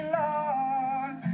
long